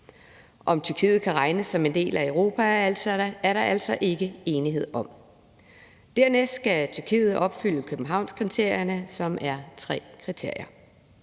Om Tyrkiet kan regnes som en del af Europa, er der altså ikke enighed om. Dernæst skal Tyrkiet opfylde Københavnskriterierne, som er tre kriterier.